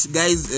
guys